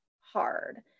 hard